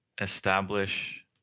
establish